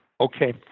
Okay